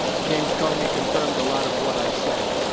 james comey confirmed a lot of what i said,